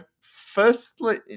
firstly